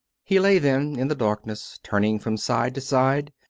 he lay then in the darkness, turning from side to side,